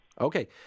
okay